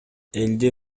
элди